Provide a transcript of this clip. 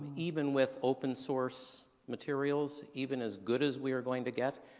even with open source materials, even as good as we are going to get,